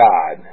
God